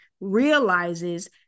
realizes